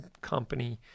company